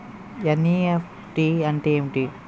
NEFT అంటే ఎంటి?